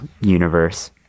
universe